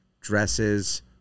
dresses